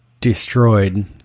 destroyed